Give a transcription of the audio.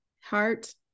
heart